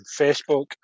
Facebook